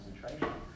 concentration